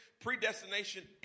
predestination